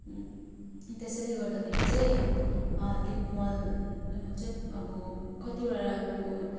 त्यसैले गर्दाखेरि चाहिँ लिफ मल चाहिँ अब कतिवटा अब